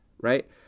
right